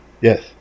Yes